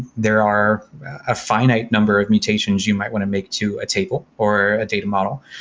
there are a finite number of mutations you might want to make to a table or a data model,